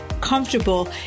comfortable